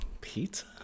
Pizza